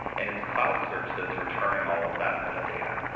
and it's cloud search that's returning all of that metadata.